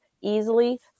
easily